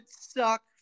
suck